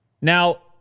Now